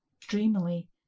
Dreamily